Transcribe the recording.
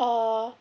err